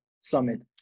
summit